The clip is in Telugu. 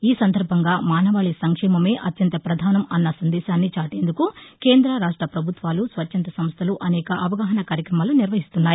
ఈ సందర్భంగా మానవాళి సంక్షేమమే అత్యంత ప్రధానం అన్న సందేశాన్ని చాటేందుకు కేంద్ర రాష్ట పభుత్వాలు స్వచ్ఛంద సంస్థలు అనేక అవగాహన కార్యక్రమాలు నిర్వహిస్తున్నాయి